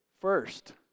first